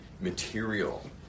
material